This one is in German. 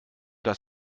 das